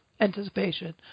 anticipation